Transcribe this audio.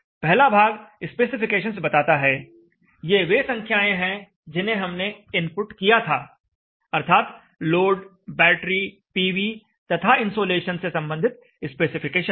पहला भाग स्पेसिफिकेशंस बताता है ये वे संख्याएं हैं जिन्हें हमने इनपुट किया था अर्थात लोड बैटरी पीवी तथा इन्सोलेशन से संबंधित स्पेसिफिकेशंस